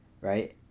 right